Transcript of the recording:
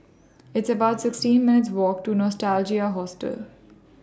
It's about sixteen minutes' Walk to Nostalgia Hotel